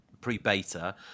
Pre-beta